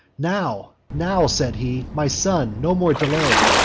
now, now said he, my son, no more delay!